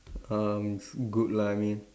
um good lah I mean